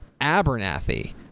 Abernathy